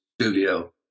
studio